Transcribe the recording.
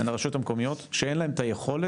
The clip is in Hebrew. הן הרשויות המקומיות שאין להן את היכולת